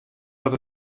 dat